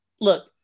look